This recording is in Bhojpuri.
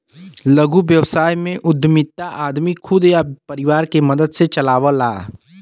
लघु व्यवसाय उद्यमिता आदमी खुद या परिवार के मदद से चलावला